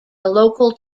local